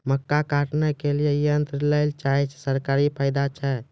मक्का काटने के लिए यंत्र लेल चाहिए सरकारी फायदा छ?